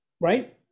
Right